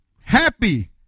Happy